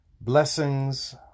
Blessings